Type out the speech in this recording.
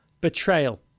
betrayal